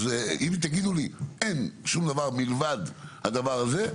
אם תגידו לי אין שום דבר מלבד הדבר הזה,